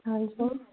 ढाई सौ